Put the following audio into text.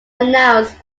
announced